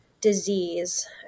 disease